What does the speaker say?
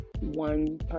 one